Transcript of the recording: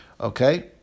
Okay